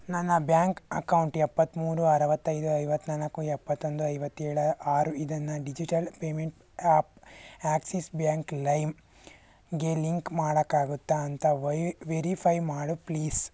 ನನ್ನ bank account ಎಪ್ಪತ್ತ್ಮೂರು ಅರವತ್ತೈದು ಐವತ್ತ್ನಾಲ್ಕು ಎಪ್ಪತ್ತ ಒಂದು ಐವತ್ತೇಳು ಆರು ಇದನ್ನು digital payment app Axis bank ಲೈಮ್ ಗೆ ಲಿಂಕ್ ಮಾಡೋಕ್ಕಾಗುತ್ತ ಅಂತ ವೈ ವೆರಿಫೈ ಮಾಡು ಪ್ಲೀಸ್